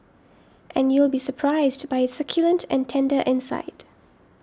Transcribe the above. and you'll be surprised by its succulent and tender inside